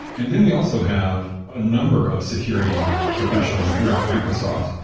and then we also have a number of security professionals throughout microsoft.